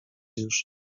już